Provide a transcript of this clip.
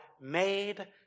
made